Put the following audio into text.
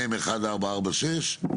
מ/1446.